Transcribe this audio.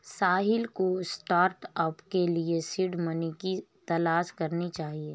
साहिल को स्टार्टअप के लिए सीड मनी की तलाश करनी चाहिए